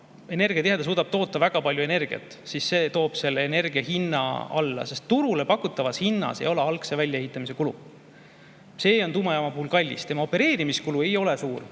energiatihe, ta suudab toota väga palju energiat, siis see toob selle energia hinna alla, sest turule pakutavas hinnas ei ole algse väljaehitamise kulu. See on tuumajaama puhul kallis. Tema opereerimiskulu ei ole suur.